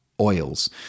oils